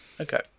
Okay